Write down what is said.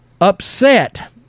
upset